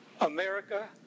America